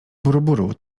buruburu